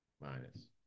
Minus